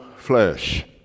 flesh